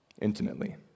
Intimately